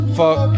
fuck